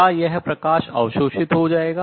क्या यह प्रकाश अवशोषित हो जाएगा